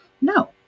No